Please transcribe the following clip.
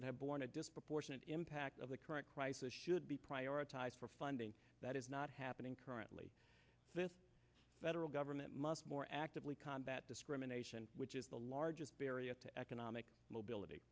that have borne a disproportionate impact of the current crisis should be prioritized for funding that is not happening currently the federal government must more actively combat discrimination which is the largest barrier to economic mobility